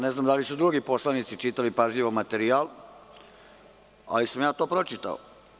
Ne znam da li su drugi poslanici čitali pažljivo materijal, ali sam ja to pročitao.